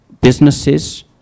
businesses